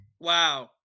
Wow